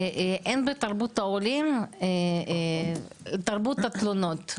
שאין בתרבות העולים תרבות התלונות.